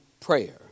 prayer